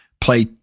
play